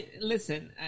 listen